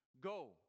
go